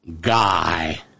Guy